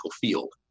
field